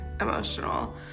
emotional